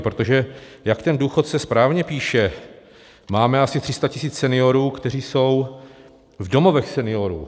Protože jak ten důchodce správně píše, máme asi 300 tisíc seniorů, kteří jsou v domovech seniorů.